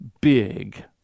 big